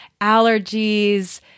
allergies